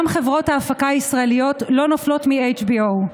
גם חברות ההפקה הישראליות לא נופלות מ-HBO.